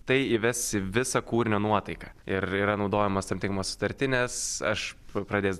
tai įves į visą kūrinio nuotaiką ir yra naudojamos tam tinkamos sutartinės aš tuoj pradės